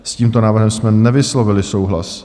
S tímto návrhem jsme nevyslovili souhlas.